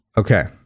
Okay